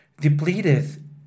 depleted